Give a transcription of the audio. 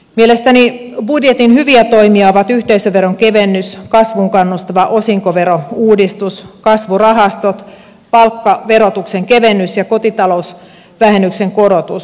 mielestäni budjetin hyviä toimia ovat yhteisöveron kevennys kasvuun kannustava osinkoverouudistus kasvurahastot palkkaverotuksen kevennys ja kotitalousvähennyksen korotus